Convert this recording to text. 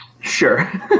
Sure